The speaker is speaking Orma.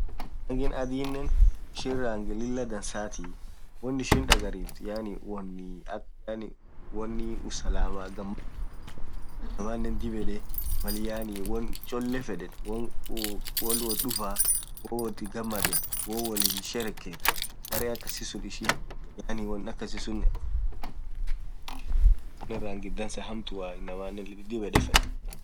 rangii akhii dhahabu tunen dhib yethee Lilah pipilifti woo adhuu itjethu iliti siijethi hipipilfti inamaanen dhib yed fedha aminen ishinen yaani won ishin dhib yethee dhagariftu yaani won akhaa pesaaafaa won thamania thaa akasisun akhan dhaniii garinn akasisunen garii ghughurdha hammaa dhub rangi thun rangi thamani ghudio hamtuatiii inamanen dhiib yed fedhaa